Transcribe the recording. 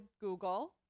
Google